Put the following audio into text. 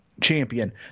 champion